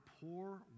poor